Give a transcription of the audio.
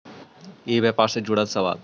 ई व्यापार से जुड़ल सवाल?